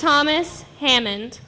thomas hammond